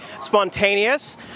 spontaneous